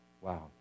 Wow